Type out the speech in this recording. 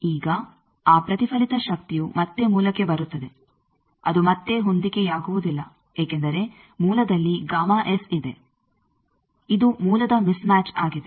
ಈಗ ಆ ಪ್ರತಿಫಲಿತ ಶಕ್ತಿಯು ಮತ್ತೆ ಮೂಲಕ್ಕೆ ಬರುತ್ತದೆ ಅದು ಮತ್ತೆ ಹೊಂದಿಕೆಯಾಗುವುದಿಲ್ಲ ಏಕೆಂದರೆ ಮೂಲದಲ್ಲಿ ಇದೆ ಇದು ಮೂಲದ ಮಿಸ್ ಮ್ಯಾಚ್ ಆಗಿದೆ